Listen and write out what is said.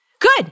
Good